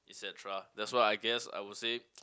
et cetera that's why I guess I would say